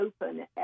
open